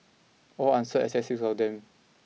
all answered except six of them